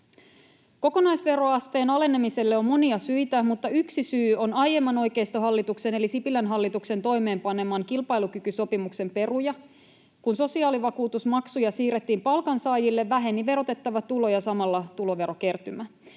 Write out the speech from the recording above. Kokonaisveroasteen alenemiselle on monia syitä, mutta yksi syy on aiemman oikeistohallituksen eli Sipilän hallituksen toimeenpaneman kilpailukykysopimuksen peruja. Kun sosiaalivakuutusmaksuja siirrettiin palkansaajille, vähenivät verotettava tulo ja samalla tuloverokertymä.